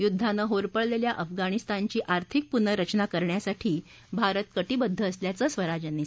युद्धानं होरपळलेल्या अफगाणिस्तानची आर्थिक पुनर्रचना करण्यासाठी भारत कटिबद्ध असल्याचं स्वराज यांनी सांगितलं